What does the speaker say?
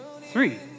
three